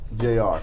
JR